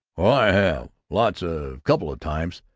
i have! lots of couple of times.